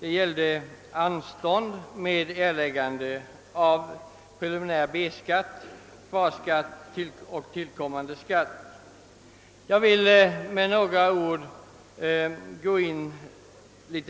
som gäller beviljande av anstånd med erläggande av preliminär B-skatt, kvarstående skatt och tillkommande skatt. Jag vill säga några ord om denna fråga.